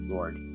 Lord